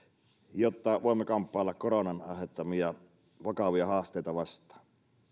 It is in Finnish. jotta voimme kamppailla koronan aiheuttamia vakavia haasteita vastaan